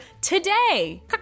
today